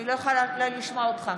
אני עצוב.